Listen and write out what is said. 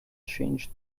changed